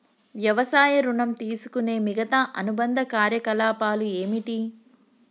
వ్యవసాయ ఋణం తీసుకునే మిగితా అనుబంధ కార్యకలాపాలు ఏమిటి?